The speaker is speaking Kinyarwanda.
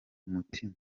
mutima